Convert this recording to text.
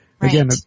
Again